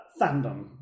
fandom